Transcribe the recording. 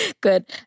Good